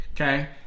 okay